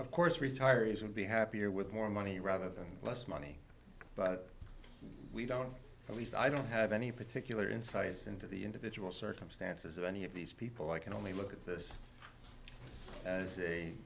of course retirees would be happier with more money rather than less money but we don't at least i don't have any particular insights into the individual circumstances of any of these people i can only look at this as a